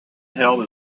held